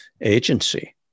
agency